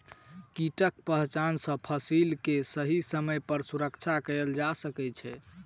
कीटक पहचान सॅ फसिल के सही समय पर सुरक्षित कयल जा सकै छै